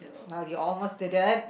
well you almost didn't